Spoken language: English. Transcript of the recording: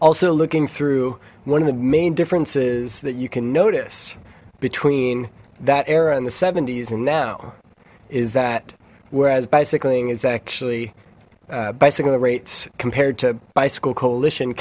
also looking through one of the main differences that you can notice between that era and the s and now is that whereas bicycling is actually bicycle the rates compared to bicycle coalition